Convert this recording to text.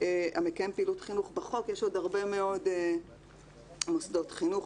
המקיים פעילות חינוך בחוק יש עוד הרבה מאוד מוסדות חינוך,